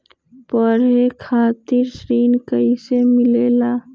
पढे खातीर ऋण कईसे मिले ला?